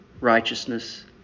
righteousness